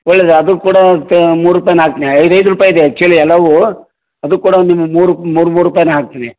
ಒಳ್ಳೆಯದೆ ಅದು ಕೂಡಾ ಕ ಮೂರು ರೂಪಾಯನ್ನು ಹಾಕ್ತೀನಿ ಐದು ಐದು ರೂಪಾಯಿ ಇದೆ ಆ್ಯಕ್ಚುಲಿ ಎಲ್ಲವೂ ಅದು ಕೂಡ ನಿಮ್ಗೆ ಮೂರು ಮೂರು ಮೂರು ರೂಪಾಯನ್ನೇ ಹಾಕ್ತೀನಿ